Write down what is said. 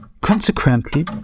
Consequently